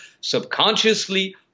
subconsciously